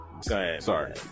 sorry